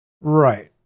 Right